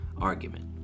argument